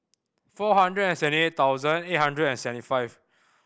four hundred and seventy eight thousand eight hundred and seventy five